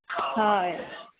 হয়